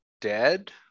dead